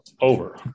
over